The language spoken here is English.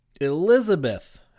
Elizabeth